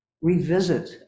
revisit